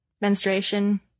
menstruation